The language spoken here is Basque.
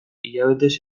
hilabetez